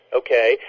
okay